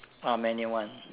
uh manual one